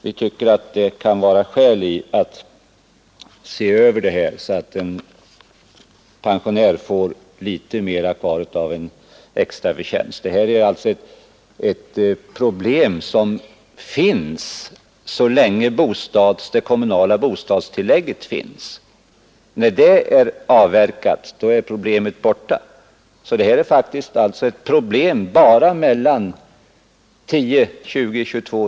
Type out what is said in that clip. Vi tycker att det kan finnas skäl i att se över reglerna, så att en pensionär får litet mer kvar av en extraförtjänst än vad som nu är fallet. Det här är ett problem som finns så länge det kommunala bostadstillägget utgår. När sådant inte kan utgå längre är problemet borta, så detta är faktiskt ett problem bara i inkomstlägen mellan 10 000 och omkr.